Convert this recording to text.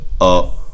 up